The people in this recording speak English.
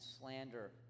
slander